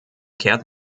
kehrt